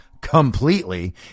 Completely